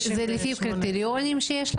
זה לפי קריטריונים שיש לכם?